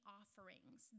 offerings